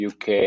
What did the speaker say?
UK